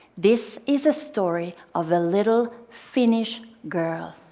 this is a story of a little finnish girl.